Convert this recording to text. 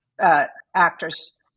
actors